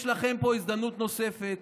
יש לכם פה הזדמנות נוספת